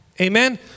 Amen